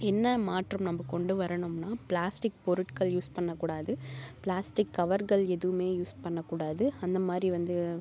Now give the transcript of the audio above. என்ன மாற்றம் நம்ம கொண்டு வரணும்னால் ப்ளாஸ்டிக் பொருட்கள் யூஸ் பண்ணக்கூடாது ப்ளாஸ்டிக் கவர்கள் எதுவுமே யூஸ் பண்ணக்கூடாது அந்த மாதிரி வந்து